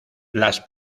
las